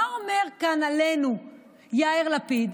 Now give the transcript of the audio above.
מה אומר כאן עלינו יאיר לפיד?